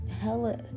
hella